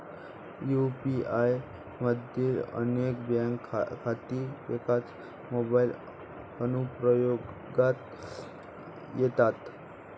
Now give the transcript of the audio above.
UPI मधील अनेक bank खाती एकाच मोबाइल अनुप्रयोगात येतात